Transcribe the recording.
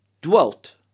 dwelt